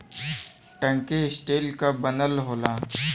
टंकी स्टील क बनल होला